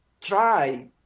try